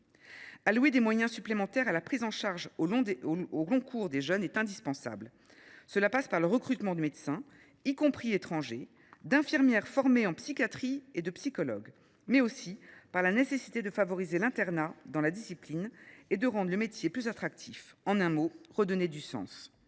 Allouer des moyens supplémentaires à la prise en charge au long cours des jeunes est indispensable. Cela passe par le recrutement de médecins, y compris étrangers, d’infirmiers formés en psychiatrie et de psychologues. Cela suppose également de favoriser l’internat dans la discipline et de rendre le métier plus attractif. En un mot, il s’agit de redonner du sens